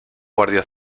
guardia